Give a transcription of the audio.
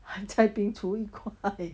还在冰橱一块